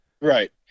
Right